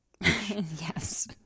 Yes